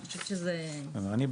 אני,